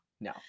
No